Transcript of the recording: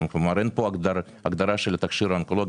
כלומר אין פה הגדרה של התכשיר האונקולוגי,